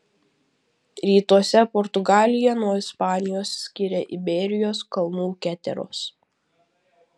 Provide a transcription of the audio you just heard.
rytuose portugaliją nuo ispanijos skiria iberijos kalnų keteros